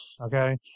Okay